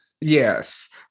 Yes